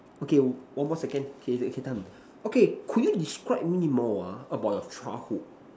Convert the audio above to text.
okay one more second okay actually time okay could you describe me more ah about your childhood